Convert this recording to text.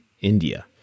India